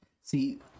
See